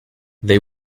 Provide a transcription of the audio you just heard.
they